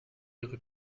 wäre